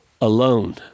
alone